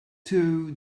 too